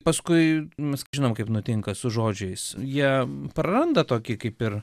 paskui mes žinom kaip nutinka su žodžiais jie praranda tokį kaip ir